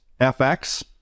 FX